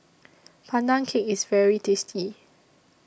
Pandan Cake IS very tasty